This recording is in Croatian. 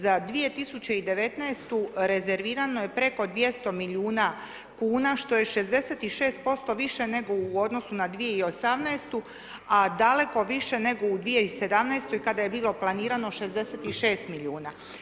Za 2019.-tu rezervirano je preko 200 milijuna kuna, što je 66% više nego u odnosu na 2018.-tu, a daleko više nego u 2017.-toj kada je bilo planiramo 66 milijuna.